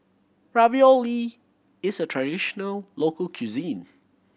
ravioli is a traditional local cuisine